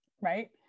right